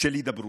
של הידברות.